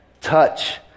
touch